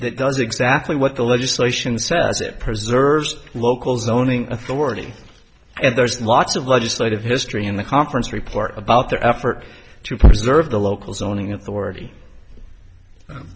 that does exactly what the legislation says it preserves local zoning authority and there's lots of legislative history in the conference report about their effort to preserve the local zoning authority